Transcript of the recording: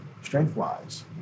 strength-wise